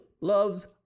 loves